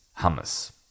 hummus